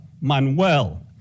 Manuel